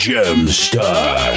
Gemstar